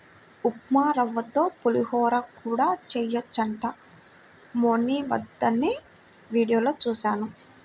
ఉప్మారవ్వతో పులిహోర కూడా చెయ్యొచ్చంట మొన్నీమద్దెనే వీడియోలో జూశా